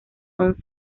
son